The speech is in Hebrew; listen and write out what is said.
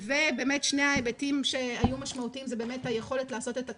שני ההיבטים שהיו משמעותיים אלה באמת היכולת לעשות את התקנות,